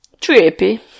Trippy